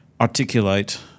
articulate